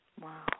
Wow